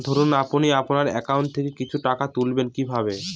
ধরুন আপনি আপনার একাউন্ট থেকে কিছু টাকা তুলবেন কিভাবে?